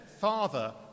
Father